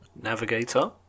navigator